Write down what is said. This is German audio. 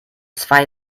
zwei